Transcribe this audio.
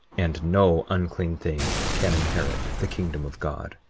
and no unclean thing can inherit the kingdom of god